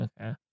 Okay